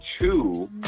two